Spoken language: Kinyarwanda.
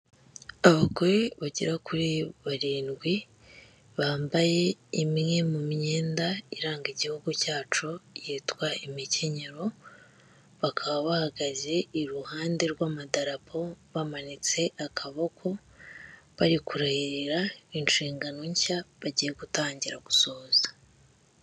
Abagore bagera kuri barindwi, bambaye imwe mu myenda iranga igihugu cyacu yitwa imikenyero, bakaba bahagaze iruhande rw'amadarapo bamanitse akaboko, bari kurahirira inshingano nshya bagiye gutangira gusohoza.